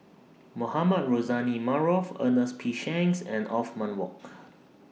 Mohamed Rozani Maarof Ernest P Shanks and Othman Wok